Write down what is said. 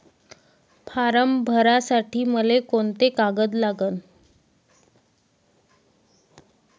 Form भरासाठी मले कोंते कागद लागन?